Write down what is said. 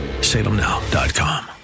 salemnow.com